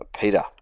Peter